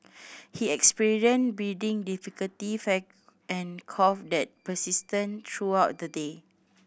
he experienced breathing difficulty and cough that persisted throughout the day